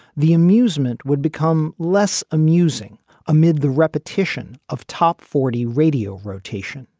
the amusement would become less amusing amid the repetition of top forty radio rotation.